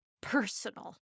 personal